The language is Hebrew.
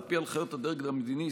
ועל פי הנחיות הדרג המדיני,